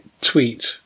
tweet